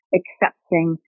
accepting